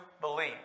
believe